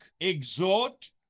exhort